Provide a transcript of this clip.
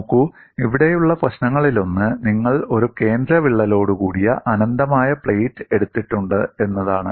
നോക്കൂ ഇവിടെയുള്ള പ്രശ്നങ്ങളിലൊന്ന് നിങ്ങൾ ഒരു കേന്ദ്ര വിള്ളലോടുകൂടിയ അനന്തമായ പ്ലേറ്റ് എടുത്തിട്ടുണ്ട് എന്നതാണ്